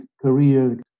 career